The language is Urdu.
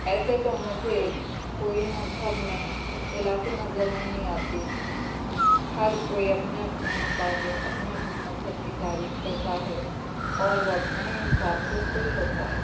ایسے تو مجھے کوئی مذہب میں اختلافی نظر نہیں آتی ہر کوئی اپنے اپنے مطابق اپنے اپنے مذہب کی تعریف کرتا ہے اور وہ اپنے ہی حساب سے خوش ہوتا ہے